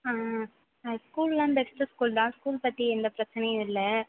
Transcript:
ஆ ஸ்கூல்லான் best school தான் school பற்றி எந்த பிரச்சனையும் இல்லை